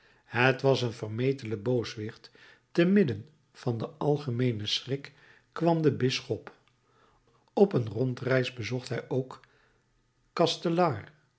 het was een vermetele booswicht te midden van den algemeenen schrik kwam de bisschop op een rondreis bezocht hij ook